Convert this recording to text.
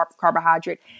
carbohydrate